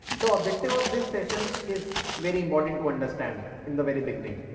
the objective of this session is very important to understand in the very beginning.